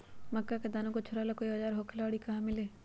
मक्का के दाना छोराबेला कोई औजार होखेला का और इ कहा मिली?